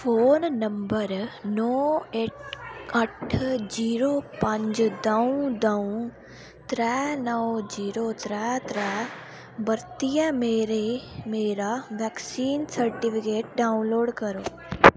phone number नौ ऐट्ठ अट्ठ जीरो पंज दो दो त्रै नौ जीरो त्रै त्रै बरतियै मेरे मेरा वैक्सीन सर्टिफिकेट डाउनलोड करो